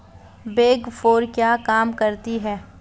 Big four क्या काम करती है?